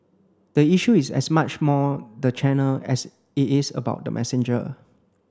the issue is as much more the channel as it is about the messenger